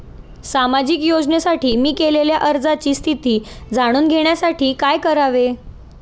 सामाजिक योजनेसाठी मी केलेल्या अर्जाची स्थिती जाणून घेण्यासाठी काय करावे?